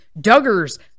Duggars